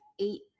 eight